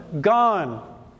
gone